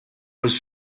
was